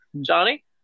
Johnny